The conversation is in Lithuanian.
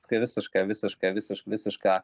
kai visišką visišką visiš visišką